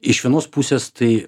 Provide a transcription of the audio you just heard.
iš vienos pusės tai